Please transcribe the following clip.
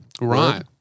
Right